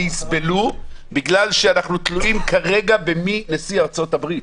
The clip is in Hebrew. יסבלו בגלל שאנחנו תלויים כרגע במי יהיה נשיא ארצות הברית.